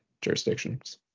jurisdictions